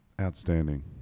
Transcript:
Outstanding